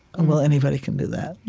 and well, anybody can do that.